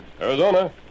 Arizona